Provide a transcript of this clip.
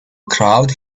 crowd